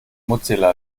mozilla